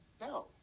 no